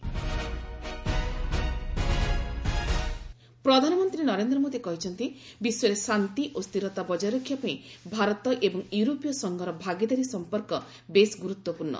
India EU summit ପ୍ରଧାନମନ୍ତ୍ରୀ ନରେନ୍ଦ୍ର ମୋଦୀ କହିଛନ୍ତି ବିଶ୍ୱରେ ଶାନ୍ତି ଓ ସ୍ଥିରତା ବଜାୟ ରଖିବା ପାଇଁ ଭାରତ ଏବଂ ୟୁରୋପୀୟ ସଂଘର ଭାଗିଦାରୀ ସଂପର୍କ ବେଶ୍ ଗୁରୁତ୍ୱପୂର୍ଣ୍ଣ